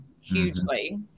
hugely